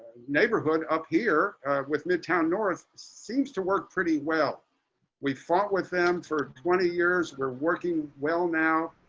neighborhood up here with midtown north seems to work pretty well we fought with them for twenty years we're working well. now,